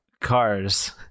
cars